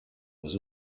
was